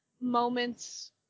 moments